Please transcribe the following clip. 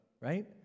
right